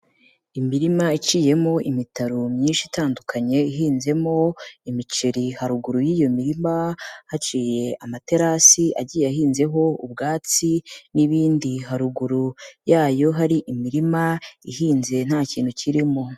Imirima iciyemo imitaru myinshi itandukanye ihinzemo imiceri, haruguru y'iyo mirima haciye amaterasi agiye ahinzeho ubwatsi n'ibindi, haruguru yayo hari imirima ihinze nta kintu kirimo.